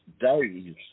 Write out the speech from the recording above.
days